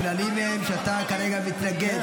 הכללים הם שאתה כרגע מתנגד.